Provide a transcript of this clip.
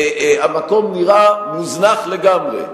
המקום נראה מוזנח לגמרי.